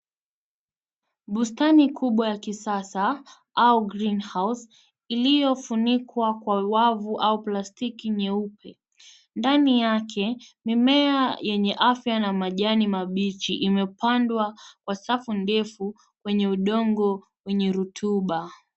Bustani kubwa ya kisasa, au (cs)greenhouse(cs), iliyofunikwa kwa wavu au plastiki nyeupe. Ndani yake, mimea yenye afya na majani mabichi imepandwa kwa safu ndefu kwenye udongo wenye rutuba.